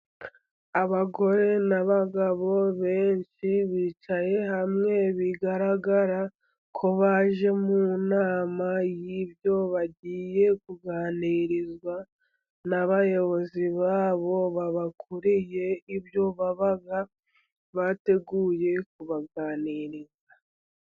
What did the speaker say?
Abagore n'abagabo benshi bicyaye hamwe, bigaragara ko baje mu nama, y'ibyo bagiye kuganirizwa n'abayobozi babo, babakuriye ibyo babaga bateguye kubaganiriza.